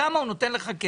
כמה כסף הוא נותן לך,